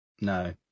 No